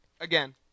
Again